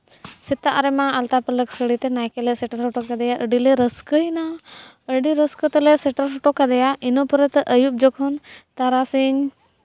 ᱥᱮᱛᱟᱜ ᱨᱮᱢᱟ ᱟᱞᱛᱟ ᱯᱟᱹᱲᱞᱟᱹᱠ ᱥᱟᱹᱲᱤᱛᱮ ᱱᱟᱭᱠᱮᱞᱮ ᱥᱮᱴᱮᱨ ᱦᱚᱴᱚ ᱠᱟᱫᱮᱭᱟ ᱟᱹᱰᱤᱞᱮ ᱨᱟᱹᱥᱠᱟᱹᱭᱮᱱᱟ ᱟᱹᱰᱤ ᱨᱟᱹᱥᱠᱟᱹ ᱛᱮᱞᱮ ᱥᱮᱴᱮᱨ ᱦᱚᱴᱚ ᱠᱟᱫᱮᱭᱟ ᱤᱱᱟᱹ ᱯᱚᱨᱮ ᱫᱚ ᱟᱹᱭᱩᱵᱽ ᱡᱚᱠᱷᱚᱱ ᱛᱟᱨᱟᱥᱤᱧ